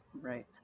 Right